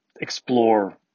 explore